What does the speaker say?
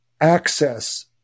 access